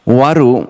waru